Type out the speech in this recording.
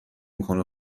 میکنه